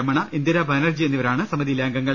രമണ ഇന്ദിരാബാ നർജി എന്നിവരാണ് സമിതിയിലെ അംഗങ്ങൾ